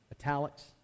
italics